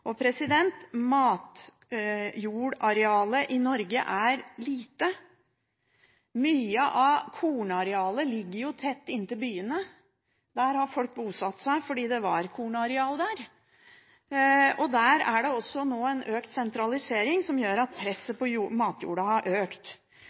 i Norge er lite. Mye av kornarealet ligger tett inntil byene. Der har folk bosatt seg fordi det var kornarealer der. Der er det nå også en økt sentralisering, som gjør at